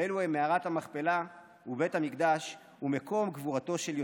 ואלו הם: מערת המכפלה ובית המקדש ומקום קבורתו של יוסף".